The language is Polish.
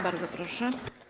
Bardzo proszę.